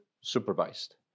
supervised